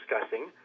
discussing